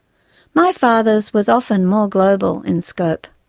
my father's was often more global in scope.